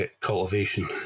cultivation